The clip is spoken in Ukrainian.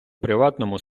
приватному